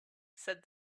said